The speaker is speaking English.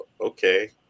okay